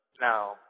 No